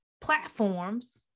platforms